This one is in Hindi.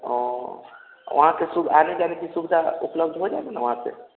हाँ वहाँ पर खूब आना जाने की सुविधा उपलब्ध हो जाएगी वहाँ पर